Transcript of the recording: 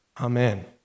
Amen